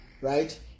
Right